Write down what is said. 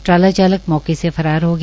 ट्राला चालक मौके से फरार हो गया